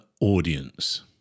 audience